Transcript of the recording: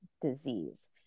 disease